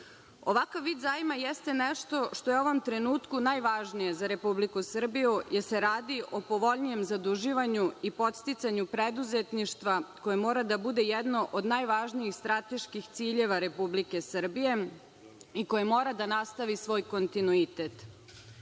vid zajma jeste nešto što je u ovom trenutku najvažnije za Republiku Srbiju, jer se radi o povoljnijem zaduživanju i podsticanju preduzetništva koje mora da bude jedno od najvažnijih strateških ciljeva Republike Srbije i koji mora da nastavi svoj kontinuitet.U